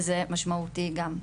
וזה משמעותי גם שם.